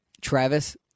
travis